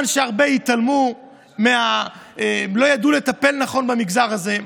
שהרבה התעלמו ולא ידעו לטפל נכון במגזר הזה.